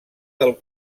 del